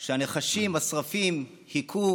שהנחשים, השרפים, הכו